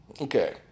Okay